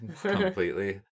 completely